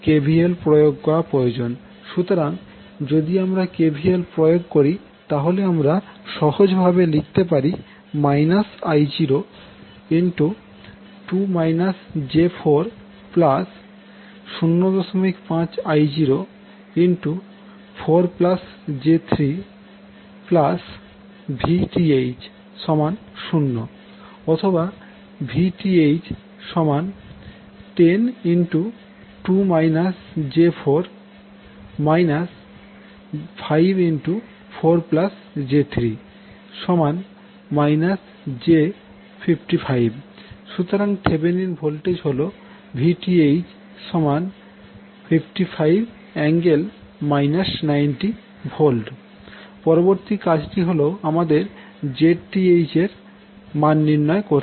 সুতরাং যদি আমরা KVL প্রয়োগ করি তাহলে আমরা সহজভাবে লিখতে পারি I02 j405I04j3VTh0 অথবা VTh102 j4 54j3 j55 সুতরাং থেভেনিন ভোল্টেজ হল VTh55∠ 90V পরবর্তী কাজটি হল আমাদের Zth এর মান নির্ণয় করতে হবে